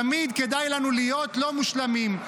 תמיד כדאי לנו להיות לא מושלמים,